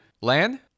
land